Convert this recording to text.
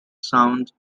sound